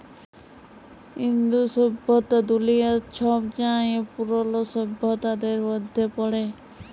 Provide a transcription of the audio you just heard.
ইন্দু সইভ্যতা দুলিয়ার ছবচাঁয়ে পুরল সইভ্যতাদের মইধ্যে পড়ে